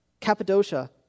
Cappadocia